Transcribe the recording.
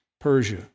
Persia